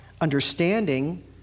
understanding